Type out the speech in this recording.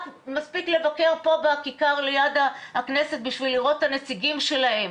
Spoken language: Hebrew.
מספיק לבקר פה בכיכר ליד הכנסת בשביל לראות את הנציגים שלהם